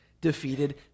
defeated